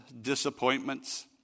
disappointments